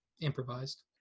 improvised